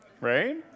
Right